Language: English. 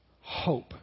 hope